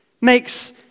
makes